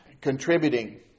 contributing